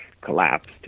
collapsed